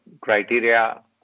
criteria